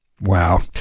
Wow